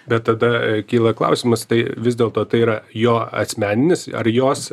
bet tada kyla klausimas tai vis dėlto tai yra jo asmeninis ar jos